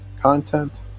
content